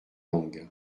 langue